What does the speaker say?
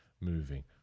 moving